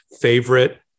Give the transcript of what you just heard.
favorite